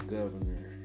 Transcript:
governor